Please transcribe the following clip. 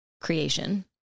creation